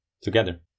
together